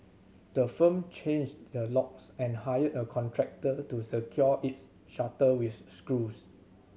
the firm changed the locks and hired a contractor to secure its shutter with screws